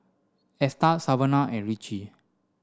Esta Savanah and Richie